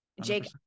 Jake